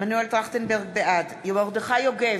בעד מרדכי יוגב,